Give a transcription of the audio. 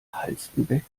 halstenbek